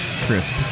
crisp